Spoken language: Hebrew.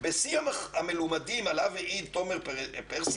"בשיח המלומדים עליו העיד תומר פרסיקו